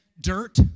dirt